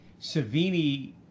Savini